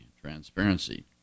transparency